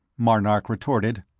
marnark retorted.